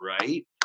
right